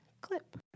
clip